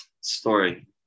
story